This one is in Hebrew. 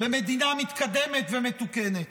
במדינה מתקדמת ומתוקנת.